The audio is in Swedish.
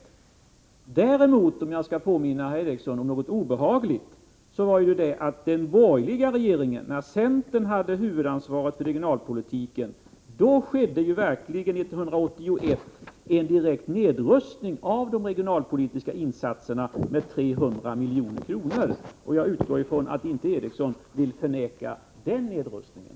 Om jag däremot skall påminna herr Eriksson om något obehagligt är det att under den borgerliga regeringen, när centern hade huvudansvaret för regionalpolitiken, skedde under 1981 en direkt nedrustning av de regionalpolitiska insatserna med 300 milj.kr. Jag utgår från att herr Eriksson inte vill förneka den nedrustningen.